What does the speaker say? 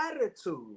attitude